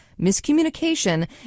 miscommunication